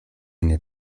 nie